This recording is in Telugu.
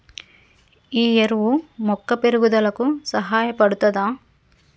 ఈ ఎరువు మొక్క పెరుగుదలకు సహాయపడుతదా?